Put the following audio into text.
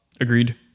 Agreed